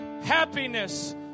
Happiness